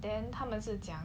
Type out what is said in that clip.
then 他们是讲